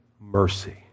mercy